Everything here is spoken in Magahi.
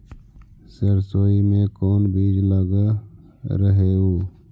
सरसोई मे कोन बीज लग रहेउ?